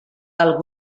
del